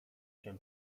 się